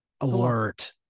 alert